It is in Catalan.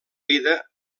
vida